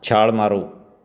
ਛਾਲ ਮਾਰੋ